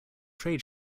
trade